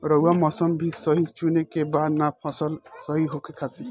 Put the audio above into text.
रऊआ मौसम भी सही चुने के बा नु फसल सही होखे खातिर